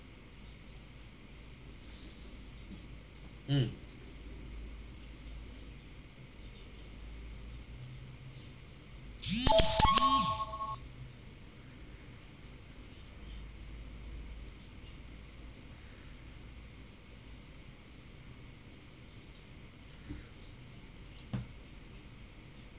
mm